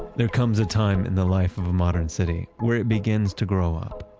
there comes a time in the life of a modern city where it begins to grow up,